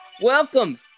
Welcome